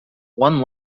one